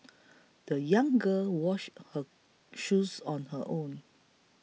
the young girl washed her shoes on her own